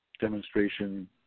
demonstration